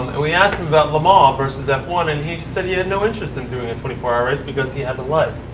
we asked him about le mans ah versus f one and he said he had no interest in doing a twenty four hour race because he had a life.